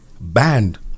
banned